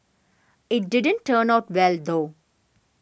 it didn't turn out well though